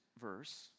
verse